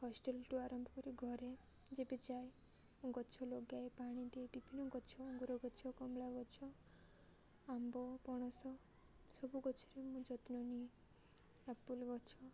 ହଷ୍ଟେଲ୍ଠୁ ଆରମ୍ଭ କରି ଘରେ ଯେବେ ଯାଏ ମୁଁ ଗଛ ଲଗାଏ ପାଣି ଦିଏ ବିଭିନ୍ନ ଗଛ ଅଙ୍ଗୁର ଗଛ କମଳା ଗଛ ଆମ୍ବ ପଣସ ସବୁ ଗଛରେ ମୁଁ ଯତ୍ନ ନିଏ ଆପେଲ୍ ଗଛ